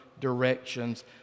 directions